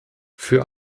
für